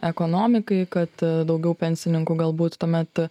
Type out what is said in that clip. ekonomikai kad daugiau pensininkų galbūt tuomet